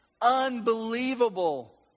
unbelievable